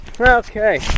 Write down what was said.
Okay